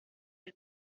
del